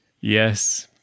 Yes